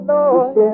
Lord